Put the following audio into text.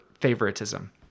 favoritism